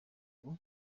ubu